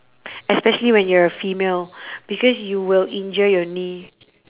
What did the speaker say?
especially when you're a female because you will injure your knee